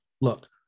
Look